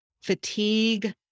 fatigue